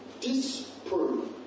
disprove